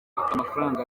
amafaranga